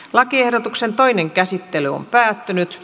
lakiehdotuksen toinen käsittely on päättynyt